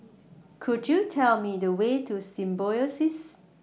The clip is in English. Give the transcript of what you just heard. Could YOU Tell Me The Way to Symbiosis